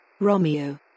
Romeo